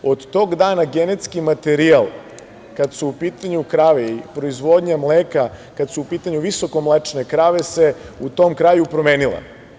Od tog dana genetski materijal kada su u pitanju krave i proizvodnja mleka, kada su u pitanju visokomlečne krave se u tom kraju promenila.